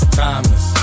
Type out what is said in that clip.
timeless